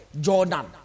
Jordan